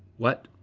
what?